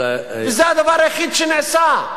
זה הדבר היחיד שנעשה.